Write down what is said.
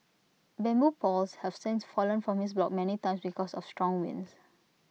bamboo poles have since fallen from his block many times because of strong winds